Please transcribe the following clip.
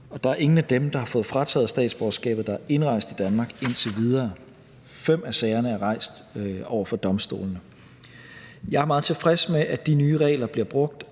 Der er ingen af dem, der har fået frataget statsborgerskabet, der er indrejst i Danmark indtil videre. Fem af sagerne er rejst over for domstolene. Jeg er meget tilfreds med, at de nye regler bliver brugt,